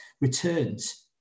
returns